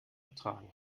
ertragen